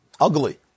ugly